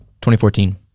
2014